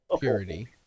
purity